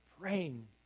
praying